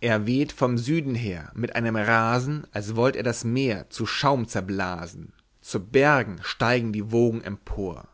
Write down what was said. er weht von süden her mit einem rasen als wollt er das meer zu schaum zerblasen zu bergen steigen die wogen empor